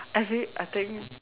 every I think